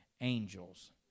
angels